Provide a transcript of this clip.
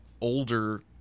older